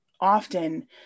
often